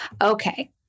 Okay